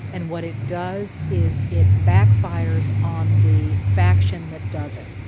and what it does is it backfires on the faction that does it.